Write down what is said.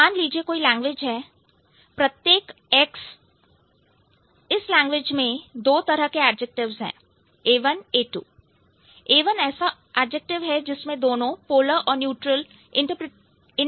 मान लीजिए कोई लैंग्वेज है प्रत्येक X इस लैंग्वेज में दो तरह के एडजेक्टिव्स हैं A1 A2 A1 ऐसा एडजेक्टिव है जिसमें दोनों पोलर और न्यूट्रल इंटरप्रिटेशंस है